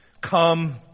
Come